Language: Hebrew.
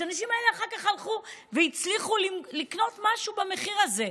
שהאנשים האלה אחר כך הלכו והצליחו לקנות משהו במחיר הזה.